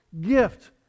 gift